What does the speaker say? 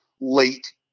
late